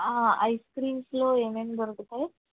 ఐస్క్రీమ్స్లో ఏమేమి దొరుకుతాయి